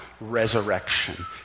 resurrection